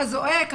הזועק,